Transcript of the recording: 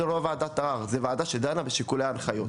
לא ועדת ערר זו ועדה שדנה בשיקולי הנחיות.